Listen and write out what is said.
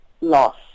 loss